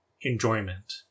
enjoyment